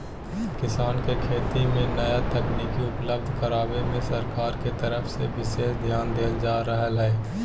किसान के खेती मे नया तकनीक उपलब्ध करावे मे सरकार के तरफ से विशेष ध्यान देल जा रहल हई